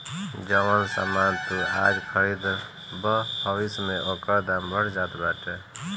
जवन सामान तू आज खरीदबअ भविष्य में ओकर दाम बढ़ जात बाटे